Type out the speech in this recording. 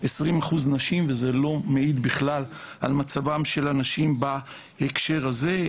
20 אחוז נשים וזה לא מעיד בכלל על מצבן של הנשים בהקשר הזה,